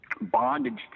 bondage